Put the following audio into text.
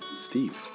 Steve